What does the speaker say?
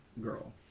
girl